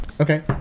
Okay